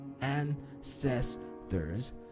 ancestors